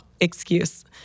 excuse